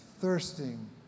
thirsting